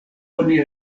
oni